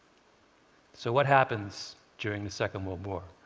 so what happens during the second world war?